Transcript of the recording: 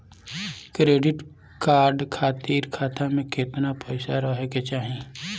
Credit card खातिर खाता में केतना पइसा रहे के चाही?